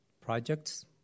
projects